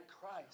Christ